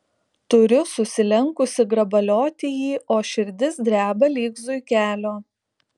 turiu susilenkusi grabalioti jį o širdis dreba lyg zuikelio